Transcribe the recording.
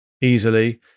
easily